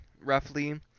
roughly